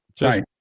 Right